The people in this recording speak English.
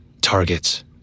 Targets